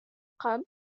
قبل